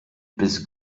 bis